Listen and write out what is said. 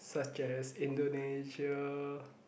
such as Indonesia